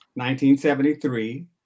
1973